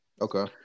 Okay